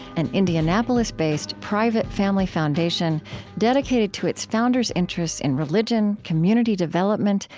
an indianapolis-based, private family foundation dedicated to its founders' interests in religion, community development,